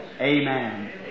amen